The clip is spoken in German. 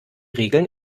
regeln